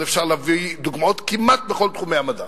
אבל אפשר להביא דוגמאות כמעט בכל תחומי המדע,